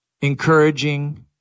encouraging